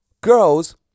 girls